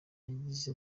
yagize